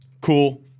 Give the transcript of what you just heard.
Cool